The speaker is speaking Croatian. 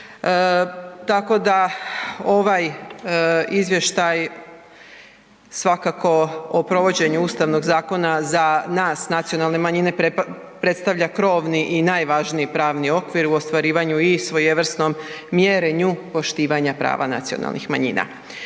tako da ovaj izvještaj svakako o provođenju Ustavnog zakona za nas, nacionalne manjine, predstavlja krovni i najvažniji pravni okvir u ostvarivanju i svojevrsnom mjerenju poštivanja prava nacionalnih manjina.